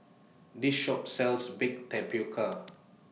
This Shop sells Baked Tapioca